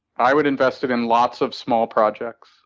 i would invest it in lots of small projects.